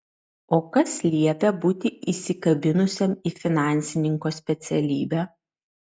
o kas liepia būti įsikabinusiam į finansininko specialybę